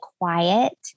quiet